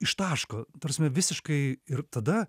ištaško ta prasme visiškai ir tada